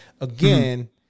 again